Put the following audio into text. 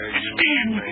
Stand